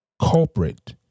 culprit